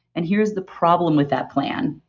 and here's the problem with that plan,